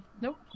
Nope